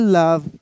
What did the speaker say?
love